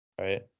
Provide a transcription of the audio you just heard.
Right